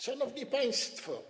Szanowni Państwo!